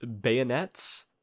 bayonets